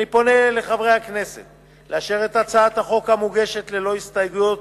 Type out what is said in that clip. אני פונה לחברי הכנסת לאשר את הצעת החוק המוגשת ללא הסתייגויות